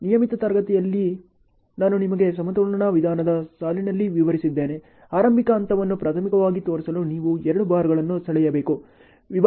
ನಿಯಮಿತ ತರಗತಿಯಲ್ಲಿ ನಾನು ನಿಮಗೆ ಸಮತೋಲನ ವಿಧಾನದ ಸಾಲಿನಲ್ಲಿ ವಿವರಿಸಿದ್ದೇನೆ ಆರಂಭಿಕ ಹಂತವನ್ನು ಪ್ರಾಥಮಿಕವಾಗಿ ತೋರಿಸಲು ನೀವು 2 ಬಾರ್ಗಳನ್ನು ಸೆಳೆಯಬೇಕು